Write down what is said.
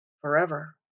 forever